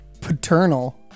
Paternal